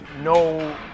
no